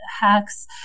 hacks